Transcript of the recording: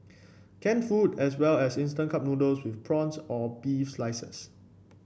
canned food as well as instant cup noodles with prawns or beef slices